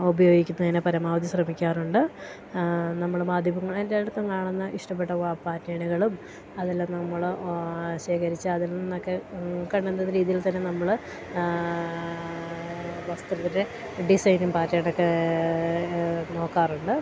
ഉപയോഗിക്കുന്നതിന് പരമാവധി ശ്രമിക്കാറുണ്ട് നമ്മൾ മാധ്യമങ്ങൾ എല്ലായിടത്തും കാണുന്ന ഇഷ്ടപ്പെട്ട പാറ്റേണുകളും അതെല്ലാം നമ്മൾ ശേഖരിച്ച് അതിൽ നിന്നൊക്കെ കാണുന്ന രീതിയിൽ തന്നെ നമ്മൾ വസ്ത്രത്തിൻ്റെ ഡിസൈനും പാറ്റേണൊക്കെ നോക്കാറുണ്ട്